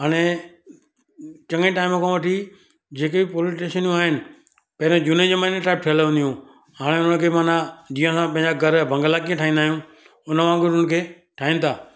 हाणे चंङे टाइम खां वठी जेके पोलिस स्टेशनूं आहिनि पहिरे झूने ज़माने टाइप ठहियल हूंदी हुयूं हाणे हुनखे माना जीअं असां पंहिंजा घर जा बंगला कीअं ठाहींदा आहियूं हुन वांगुरु हुनखे ठाहिनि था